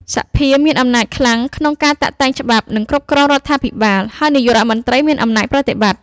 សភាមានអំណាចខ្លាំងក្នុងការតាក់តែងច្បាប់ និងគ្រប់គ្រងរដ្ឋាភិបាល ហើយ នាយករដ្ឋមន្ត្រីមានអំណាចប្រតិបត្តិ។